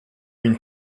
une